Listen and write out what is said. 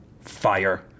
Fire